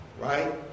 right